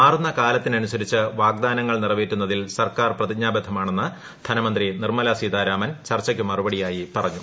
മൂറുന്ന കാലത്തിനനുസരിച്ച് വാഗ്ദാനങ്ങൾ നിറവേറ്റുന്നതിൽ സ്റ്റർക്കാർ പ്രതിജ്ഞാബദ്ധമാണെന്ന് ധനമന്ത്രി നിർമലാ സീതാരാമൻ ചർച്ചയ്ക്ക് മറുപടിയായി പറഞ്ഞു